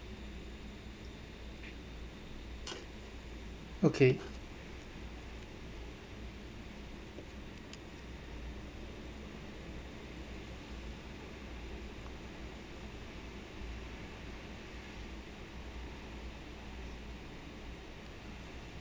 okay